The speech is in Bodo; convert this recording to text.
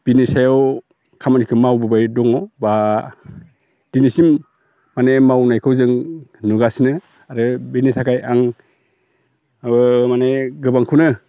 बिनि सायाव खामानिखो मावबोबाय दङ बा दिनैसिम माने मावनायखौ जों नुगािसनो आरो बेनि थाखाय आं ओ माने गोबांखौनो